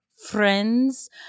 friends